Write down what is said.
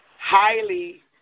highly